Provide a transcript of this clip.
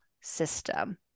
system